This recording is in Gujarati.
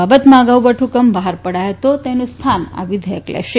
આ બાબતમાં અગાઉ વટહ્કમ બહાર પડાયો હતો તેનું સ્થાન આ વિધેયક લેશે